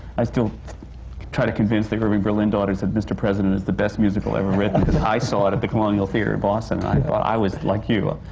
i still try to convince the irving berlin daughters that mr. president is the best musical ever written. i saw it at the colonial theatre in boston, and but i was like you!